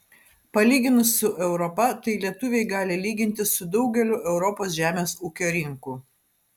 palyginus su europa tai lietuviai gali lygintis su daugeliu europos žemės ūkio rinkų